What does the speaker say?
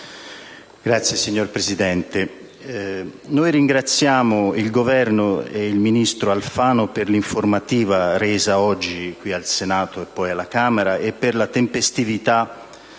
facile, signor Presidente: